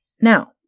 Now